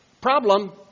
problem